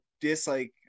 dislike